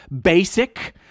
Basic